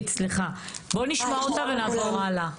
בואו נשמע אותה ונעבור הלאה.